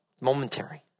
momentary